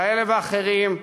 כאלה ואחרים,